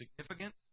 significance